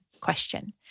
question